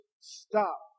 stop